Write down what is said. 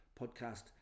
podcast